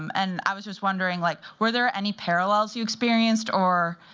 and i was just wondering, like were there any parallels you experienced, or